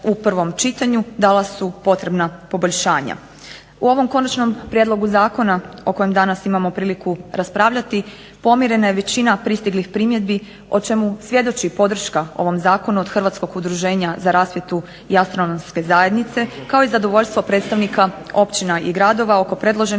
U ovom konačnom prijedlogu zakona o kojem danas imamo priliku raspravljati pomirena je većina pristiglih primjedbi o čemu svjedoči podrška ovom zakonu od Hrvatskog udruženja za rasvjetu i Astronomske zajednice kao i zadovoljstvo predstavnika općina i gradova oko predloženih